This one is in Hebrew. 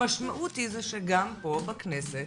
המשמעות היא זה שגם פה בכנסת,